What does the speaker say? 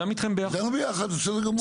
גם יחד, בסדר גמור.